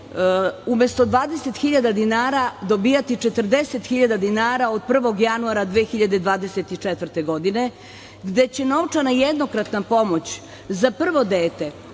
umesto 20.000 dinara dobijati 40.000 dinara od 1. januara 2024. godine, gde će novčana jednokratna pomoć za prvo dete